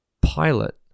pilot